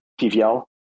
tvl